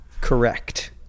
Correct